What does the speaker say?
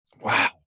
Wow